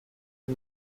que